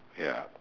yup